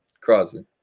Crosby